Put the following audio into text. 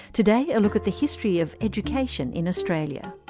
today, a look at the history of education in australia.